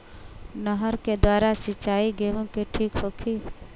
नहर के द्वारा सिंचाई गेहूँ के ठीक होखि?